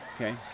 Okay